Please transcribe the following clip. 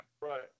Right